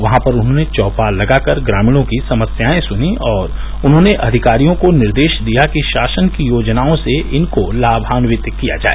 वहां पर उन्होंने चौपाल लगाकर ग्रमीणों की समस्याएं सुनी और उन्होंने अधिकारियों को निर्देश दिया कि शासन की योजनाओं से इनको लामान्वित किया जाय